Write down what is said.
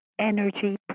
energy